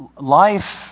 life